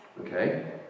Okay